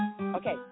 Okay